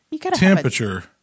Temperature